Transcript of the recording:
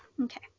Okay